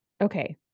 Okay